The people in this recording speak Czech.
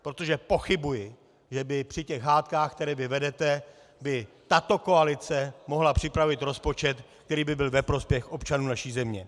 Protože pochybuji, že by při těch hádkách, které vy vedete, by tato koalice mohla připravit rozpočet, který by byl ve prospěch občanů naší země.